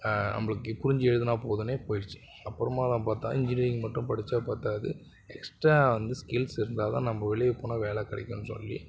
நம்மளுக்கு புரிஞ்சு எழுதினா போதும்னே போயிடுச்சு அப்புறமா தான் பார்த்தா இன்ஜினியரிங் மட்டும் படித்தா பற்றாது எக்ஸ்ட்டா வந்து ஸ்கில்ஸ் இருந்தால்தான் நம்ம வெளியே போனால் வேலை கிடைக்கும்னு சொல்லி